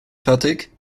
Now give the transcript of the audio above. fertig